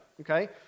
Okay